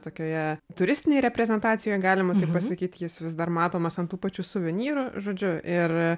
tokioje turistinėje reprezentacijoje galima pasakyti jis vis dar matomas ant tų pačių suvenyrų žodžiu ir